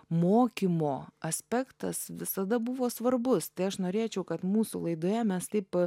mokymo aspektas visada buvo svarbus tai aš norėčiau kad mūsų laidoje mes taip